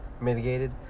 mitigated